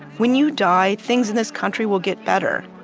when you die, things in this country will get better.